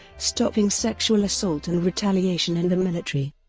stopping sexual assault and retaliation in the military,